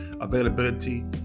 availability